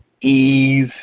ease